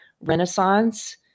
renaissance